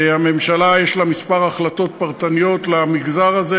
לממשלה יש כמה החלטות פרטניות למגזר הזה,